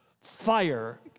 fire